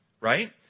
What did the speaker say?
right